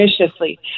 viciously